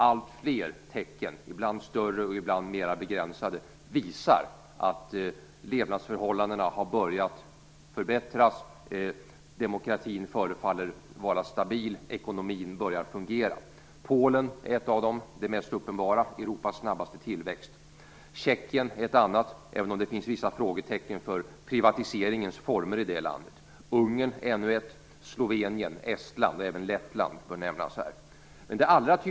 Alltfler tecken, ibland större och ibland mer begränsade, visar att levnadsförhållandena har börjat förbättras, att demokratin förefaller vara stabil och att ekonomin börjar fungera. Polen är ett av de mest uppenbara exemplen, med Europas snabbaste tillväxt. Tjeckien är ett annat exempel, även om det finns vissa frågetecken för privatiseringens former i det landet. Ungern är ännu ett exempel, och även Slovenien, Estland och Lettland bör nämnas.